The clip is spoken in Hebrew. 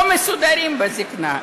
לא מסודרים בזיקנה.